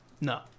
No